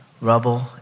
rubble